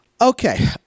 Okay